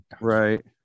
Right